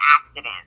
accident